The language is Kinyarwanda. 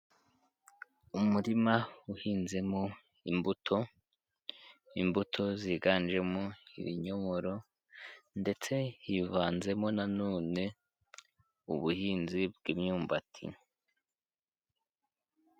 Umurima uhinzemo imbuto, imbuto ziganjemo ibinyomoro ndetse hivanzemo nanone ubuhinzi bw'imyumbati.